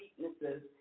weaknesses